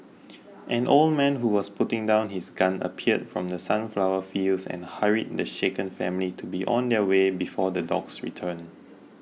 an old man who was putting down his gun appeared from the sunflower fields and hurried the shaken family to be on their way before the dogs return